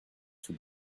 two